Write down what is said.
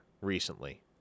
recently